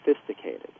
sophisticated